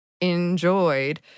enjoyed